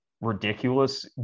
ridiculous